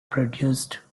produced